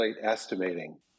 estimating